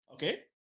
Okay